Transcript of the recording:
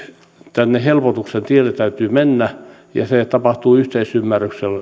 tänne helpotuksen tielle täytyy mennä ja se tapahtuu yhteisymmärryksellä